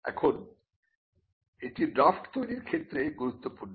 এখন এটি ড্রাফ্ট তৈরির ক্ষেত্রে গুরুত্বপূর্ণ